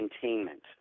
containment